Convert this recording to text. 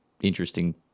interesting